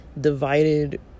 divided